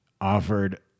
offered